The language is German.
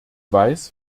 weiß